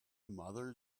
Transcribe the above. mother